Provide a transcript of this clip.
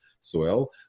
soil